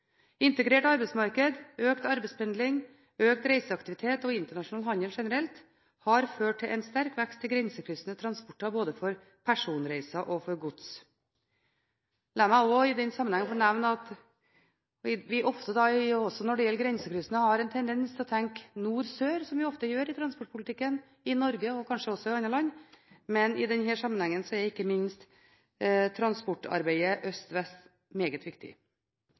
Integrert arbeidsmarked, økt arbeidspendling, økt reiseaktivitet og internasjonal handel generelt har ført til en sterk vekst i grensekryssende transporter, både for personreiser og for gods. La meg også i den sammenheng få nevne at vi ofte, også når det gjelder det grensekryssende, har en tendens til å tenke nord–sør, som vi ofte gjør når det gjelder transportpolitikken i Norge og kanskje også i andre land. Men i denne sammenhengen er ikke minst transportarbeidet øst–vest meget viktig.